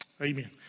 Amen